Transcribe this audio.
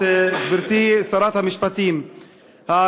גברתי שרת המשפטים, שלוש הערות.